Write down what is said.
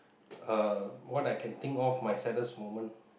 uh what I can think of my saddest moment